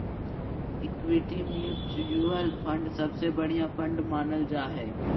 equity mutual fund सबसे बढ़िया fund मानल जा हय